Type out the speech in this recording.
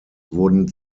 wurden